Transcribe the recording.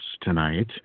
tonight